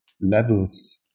levels